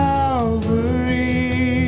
Calvary